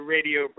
Radio